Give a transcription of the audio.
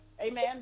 amen